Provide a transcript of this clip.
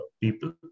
people